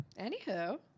anywho